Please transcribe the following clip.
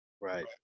Right